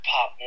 Pop